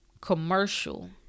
commercial